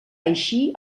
eixir